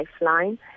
Lifeline